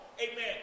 amen